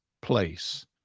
place